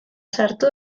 sartu